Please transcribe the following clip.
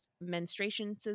menstruation